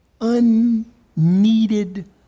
unneeded